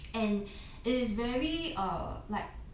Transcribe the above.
and it is very err like